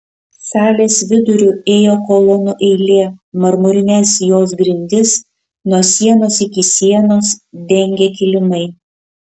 salės viduriu ėjo kolonų eilė marmurines jos grindis nuo sienos iki sienos dengė kilimai